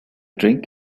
drink